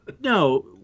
No